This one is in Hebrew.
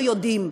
לא יודעים.